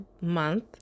month